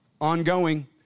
ongoing